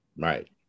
Right